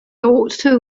also